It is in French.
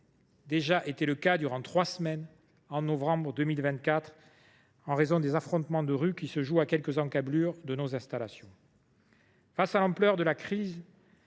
déjà le cas durant trois semaines en novembre 2024, en raison des affrontements de rue qui ont lieu à quelques encablures de nos installations. Face à l’ampleur de la crise,